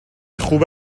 خوب